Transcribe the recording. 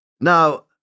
Now